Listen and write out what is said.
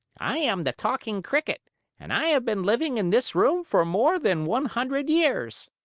i am the talking cricket and i have been living in this room for more than one hundred years.